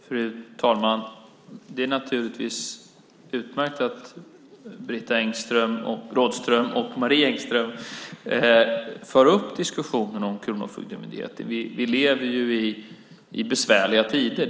Fru talman! Det är naturligtvis utmärkt att Britta Rådström och Marie Engström för upp diskussionen om Kronofogdemyndigheten. Vi lever i besvärliga tider.